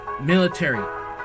military